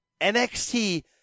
NXT